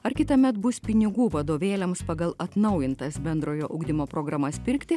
ar kitąmet bus pinigų vadovėliams pagal atnaujintas bendrojo ugdymo programas pirkti